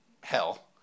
hell